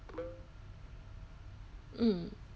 mm